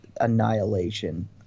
annihilation